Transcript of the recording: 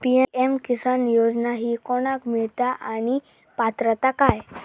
PM Kisan योजना ही कोणाक मिळता आणि पात्रता काय?